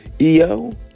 EO